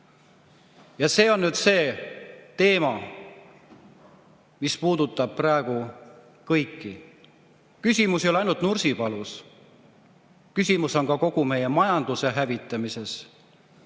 See on nüüd see teema, mis puudutab kõiki. Küsimus ei ole ainult Nursipalus, küsimus on ka kogu meie majanduse hävitamises,